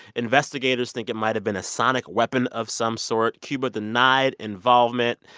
investigators think it might have been a sonic weapon of some sort. cuba denied involvement.